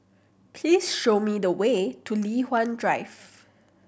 please show me the way to Li Hwan Drive